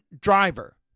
driver